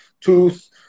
Tooth